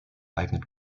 eignet